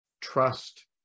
trust